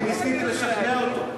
ניסיתי לשכנע אותו.